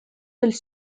del